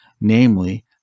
namely